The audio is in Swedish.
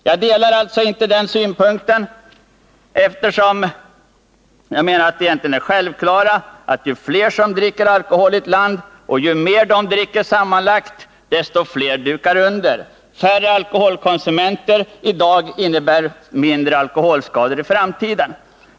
Jag delar alltså inte reservanternas syn punkt, eftersom jag anser att det är självklart att ju fler som dricker alkohol i landet och ju mer de dricker sammanlagt, desto fler dukar under. Färre alkoholkonsumenter i dag, innebär mindre alkoholskador i framtiden.